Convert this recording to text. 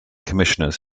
commissioners